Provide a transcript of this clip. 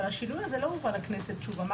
אבל השינוי הזה לא הובא לכנסת שוב.